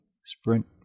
Sprint